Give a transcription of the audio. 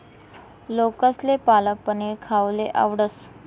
लोकेसले पालक पनीर खावाले आवडस